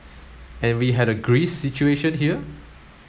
and we had a Greece situation here